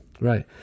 Right